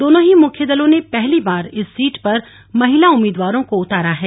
दोनों ही मुख्य दलों ने पहली बार इस सीट पर महिला उम्मीदवारों को उतारा है